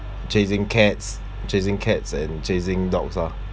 chasing cats chasing cats and chasing dogs lah